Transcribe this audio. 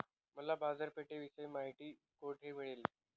मला बाजारपेठेविषयी माहिती कोठे मिळेल?